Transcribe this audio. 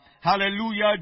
Hallelujah